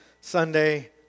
Sunday